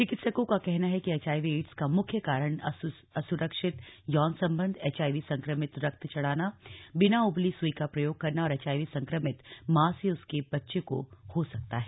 चिकित्सकों का कहना है कि एचआईवी एड्स का मुख्य कारण असुरक्षित यौन संबंध एचआईवी संक्रमित रक्त चढ़ाना बिना उबली सुई का प्रयोग करना और एचआईवी संक्रमित मां से उसके बच्चे को हो सकता है